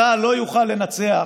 צה"ל לא יוכל לנצח